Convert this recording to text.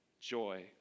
joy